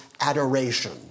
adoration